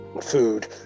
food